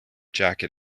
jacket